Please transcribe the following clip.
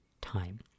time